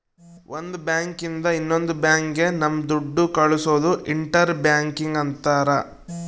ಒಂದ್ ಬ್ಯಾಂಕ್ ಇಂದ ಇನ್ನೊಂದ್ ಬ್ಯಾಂಕ್ ಗೆ ನಮ್ ದುಡ್ಡು ಕಳ್ಸೋದು ಇಂಟರ್ ಬ್ಯಾಂಕಿಂಗ್ ಅಂತಾರ